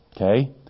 Okay